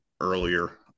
earlier